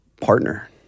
partner